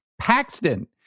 Paxton